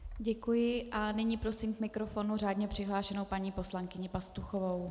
Děkuji a nyní prosím k mikrofonu řádně přihlášenou paní poslankyni Pastuchovou.